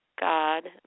God